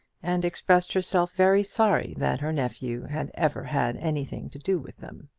and expressed herself very sorry that her nephew had ever had anything to do with them.